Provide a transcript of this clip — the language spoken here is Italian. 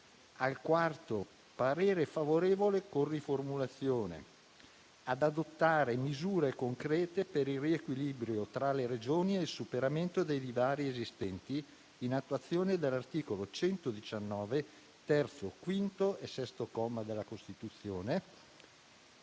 parere favorevole con la seguente riformulazione: «ad adottare misure concrete per il riequilibrio tra le Regioni e il superamento dei divari esistenti, in attuazione dell'articolo 119, terzo, quinto e sesto comma della Costituzione».